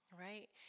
right